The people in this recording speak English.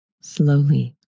Slowly